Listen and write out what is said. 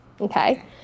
okay